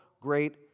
great